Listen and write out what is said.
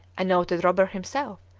a noted robber himself,